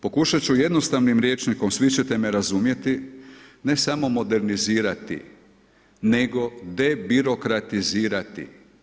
Pokušati ću jednostavnim rječnikom. svi ćete me razumjeti, ne samo modernizirati, nego debirokratizirati.